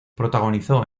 protagonizó